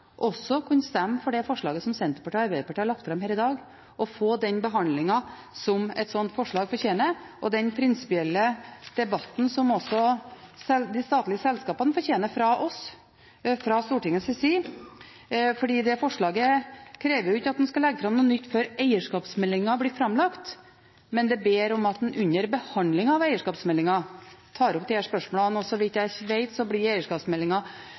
også Høyre helt saklig sett, ut fra det som representanten sa, burde kunne stemme for det forslaget som Senterpartiet og Arbeiderpartiet har lagt fram her i dag, og få den behandlingen som et slikt forslag fortjener, og den prinsipielle debatten som de statlige selskapene fortjener fra oss, fra Stortingets side, for det forslaget krever jo ikke at en skal legge fram noe nytt før eierskapsmeldingen blir framlagt, men det ber om at en under behandlingen av eierskapsmeldingen tar opp disse spørsmålene. Og så vidt jeg vet, blir eierskapsmeldingen framlagt så